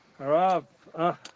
A'Rab